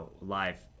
live